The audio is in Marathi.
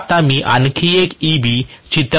आता मी आणखी एक Eb चित्रात येताना पाहत आहे